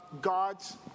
God's